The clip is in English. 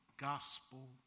gospel